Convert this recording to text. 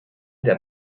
der